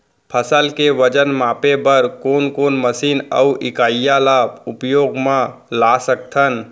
फसल के वजन मापे बर कोन कोन मशीन अऊ इकाइयां ला उपयोग मा ला सकथन?